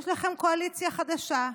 יש לכם קואליציה חדשה.